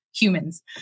humans